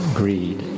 greed